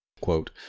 Quote